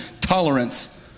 tolerance